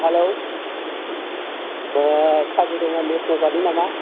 hello Kaziranga national पार्कनि नामा